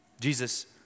Jesus